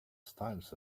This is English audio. styles